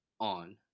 on